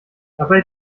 dabei